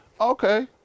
Okay